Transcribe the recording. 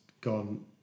gone